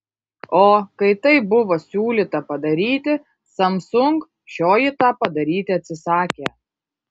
o kai tai buvo siūlyta padaryti samsung šioji tą padaryti atsisakė